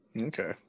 Okay